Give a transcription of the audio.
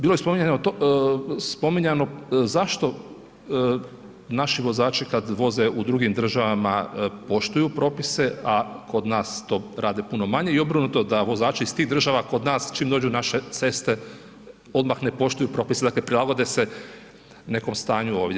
Bilo je spominjano zašto naši vozači kad voze u drugim državama poštuju propise, a kod nas to rade puno manje i obrnuto da vozači iz tih država kod nas čim dođu na naše ceste odmah ne poštuju propise, dakle prilagode se nekom stanju ovdje.